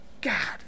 God